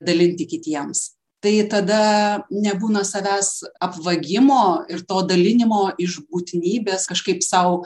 dalinti kitiems tai tada nebūna savęs apvagimo ir to dalinimo iš būtinybės kažkaip sau